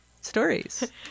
stories